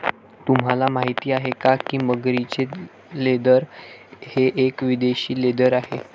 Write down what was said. तुम्हाला माहिती आहे का की मगरीचे लेदर हे एक विदेशी लेदर आहे